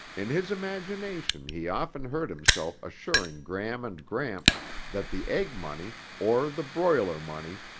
in his imagination he often heard himself assuring gram and gramps that the egg money, or the broiler money,